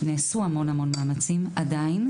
המורים עדיין